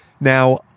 Now